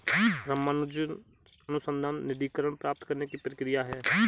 रामानुजन अनुसंधान निधीकरण प्राप्त करने की प्रक्रिया क्या है?